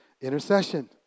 Intercession